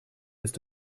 ist